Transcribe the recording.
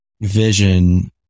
vision